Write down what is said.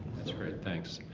that's thanks.